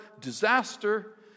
disaster